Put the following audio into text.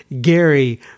Gary